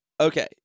okay